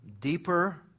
deeper